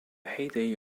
heyday